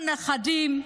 או נכדים: